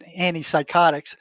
antipsychotics